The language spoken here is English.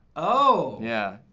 oh. yeah,